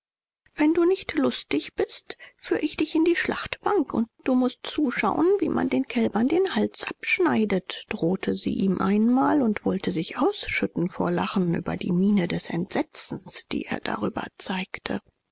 wenn du nicht lustig bist führ ich dich in die schlachtbank und du mußt zuschauen wie man den kälbern den hals abschneidet drohte sie ihm einmal und wollte sich ausschütten vor lachen über die miene des entsetzens die er darüber zeigte